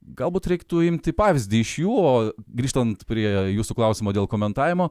galbūt reiktų imti pavyzdį iš jų o grįžtant prie jūsų klausimo dėl komentavimo